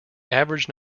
average